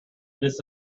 this